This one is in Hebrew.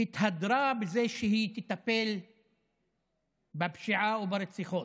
התהדרה בזה שהיא תטפל בפשיעה וברציחות.